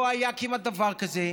כמעט לא היה דבר כזה,